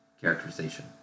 characterization